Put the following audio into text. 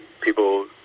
people